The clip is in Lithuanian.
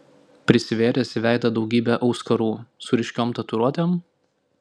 prisivėręs į veidą daugybę auskarų su ryškiom tatuiruotėm